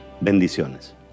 Bendiciones